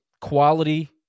quality